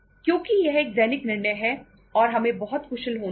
क्योंकि यह एक दैनिक निर्णय है और हमें बहुत कुशल होना होगा